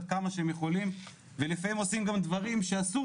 עד כמה שהם יכולים ולפעמים עושים גם דברים שאסור